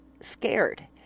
scared